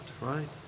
Right